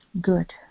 good